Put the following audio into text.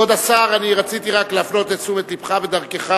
כבוד השר, אני רציתי רק להפנות את תשומת לבך בדרכך